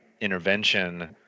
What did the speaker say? intervention